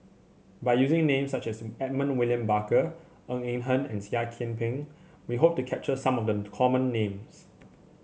by using names such as Edmund William Barker Ng Eng Hen and Seah Kian Peng we hope to capture some of the common names